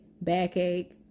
backache